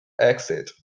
exit